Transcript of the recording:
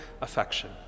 affection